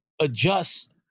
adjust